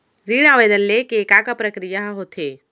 ऋण आवेदन ले के का का प्रक्रिया ह होथे?